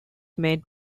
made